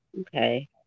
Okay